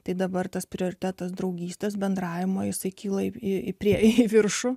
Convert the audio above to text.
tai dabar tas prioritetas draugystės bendravimo jisai kyla į priekį į viršų